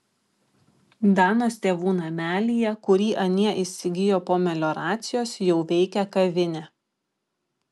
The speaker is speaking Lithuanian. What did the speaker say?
danos tėvų namelyje kurį anie įsigijo po melioracijos jau veikia kavinė